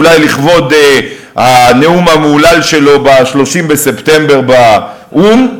אולי לכבוד הנאום המהולל שלו ב-30 בספטמבר באו"ם,